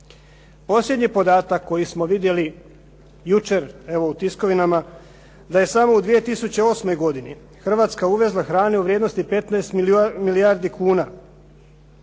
Posljednji podatak koji smo vidjeli jučer evo u tiskovinama da je samo u 2008. godini Hrvatska uvezla hrane u vrijednosti 15 milijardi kuna